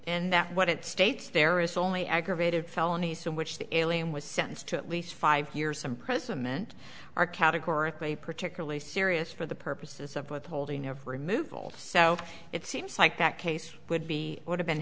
and that what it states there is only aggravated felony sin which the alien was sentenced to at least five years imprisonment are categorically particularly serious for the purposes of withholding of removal so it seems like that case would be would have been